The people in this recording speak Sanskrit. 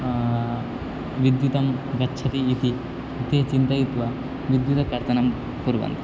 विद्युतं गच्छति इति ते चिन्तयित्वा विद्युत् कर्तनं कुर्वन्ति